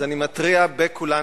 אז אני מתריע בפני כולנו,